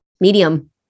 medium